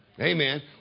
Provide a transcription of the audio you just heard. Amen